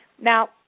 Now